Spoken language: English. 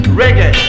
reggae